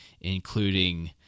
including